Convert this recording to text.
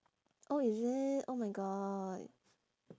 oh is it oh my god